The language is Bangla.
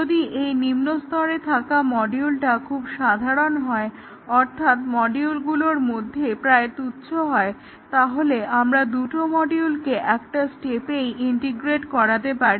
যদি এই নিম্নস্তরে থাকা মডিউলটা খুব সাধারণ হয় অর্থাৎ মডিউলগুলোর মধ্যে প্রায় তুচ্ছ হয় তাহলে আমরা দুটো মডিউলকে একটা স্টেপেই ইন্টিগ্রেট করাতে পারি